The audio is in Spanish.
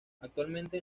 actualmente